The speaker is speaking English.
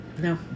No